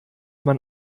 man